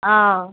অঁ